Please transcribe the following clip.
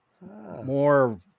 more